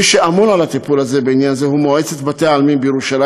מי שממונה על הטיפול הזה בעניין זה היא מועצת בתי-העלמין בירושלים,